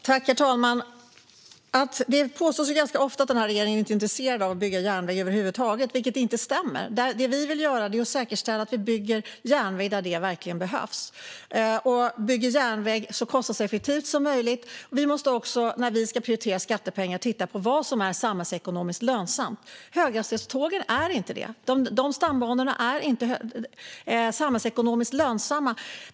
Herr talman! Det påstås ju ganska ofta att regeringen inte är intresserad av att bygga järnväg över huvud taget, vilket inte stämmer. Det vi vill göra är att säkerställa att det byggs järnväg där det verkligen behövs, och att den byggs så kostnadseffektivt som möjligt. När vi ska prioritera användningen av skattepengarna måste vi titta på vad som är samhällsekonomiskt lönsamt. Höghastighetstågen är inte det. De stambanorna är inte samhällsekonomiskt lönsamma.